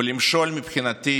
למשול מבחינתי